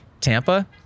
Tampa